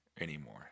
anymore